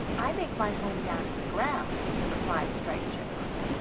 i make my home down in the ground, replied striped chipmunk.